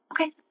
Okay